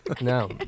No